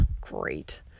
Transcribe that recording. Great